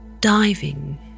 diving